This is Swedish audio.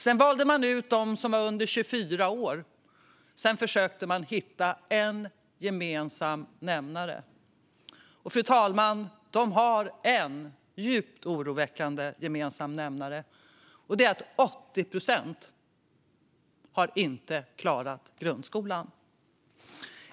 Sedan valde man ut de förövare som var under 24 år och försökte hitta en gemensam nämnare. Fru talman! Dessa personer har en djupt oroväckande gemensam nämnare, och det är att 80 procent av dem inte har klarat grundskolan.